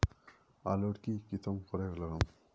आलूर की किसम करे लागम?